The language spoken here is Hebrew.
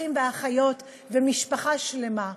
אחים ואחיות ומשפחה שלמה.